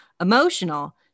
emotional